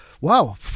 wow